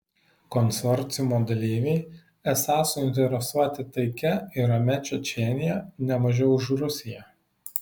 konsorciumo dalyviai esą suinteresuoti taikia ir ramia čečėnija ne mažiau už rusiją